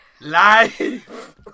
Life